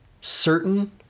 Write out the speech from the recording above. certain